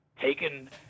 taken